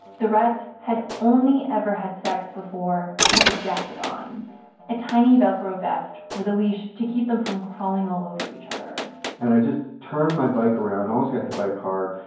the rats had only ever had sex before with a jacket on a tiny, velcro vest with a leash to keep them from crawling all over each other and i just turn my bike around. i almost got hit by a car.